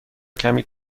کمی